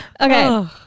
okay